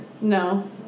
No